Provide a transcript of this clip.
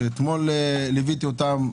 שאתמול ליוויתי אותם,